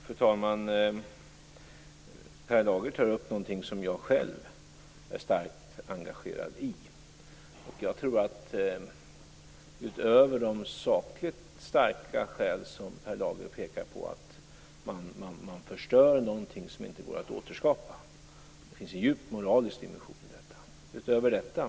Fru talman! Per Lager tar upp någonting som jag själv är starkt engagerad i. Utöver de sakligt starka skäl som Per Lager pekar på, att man förstör någonting som inte går att återskapa, finns det en djup moralisk dimension i detta.